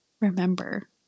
remember